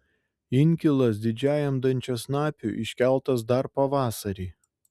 inkilas didžiajam dančiasnapiui iškeltas dar pavasarį